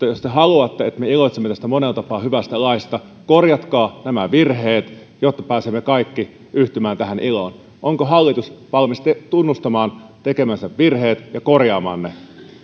jos te haluatte että me iloitsemme tästä monella tapaa hyvästä laista niin korjatkaa nämä virheet jotta pääsemme kaikki yhtymään tähän iloon onko hallitus valmis tunnustamaan tekemänsä virheet ja korjaamaan ne